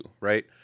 right